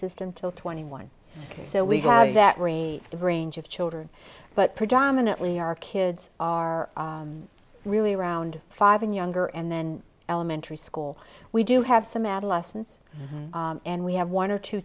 system till twenty one so we have that were a range of children but predominantly our kids are really around five and younger and then elementary school we do have some adolescence and we have one or two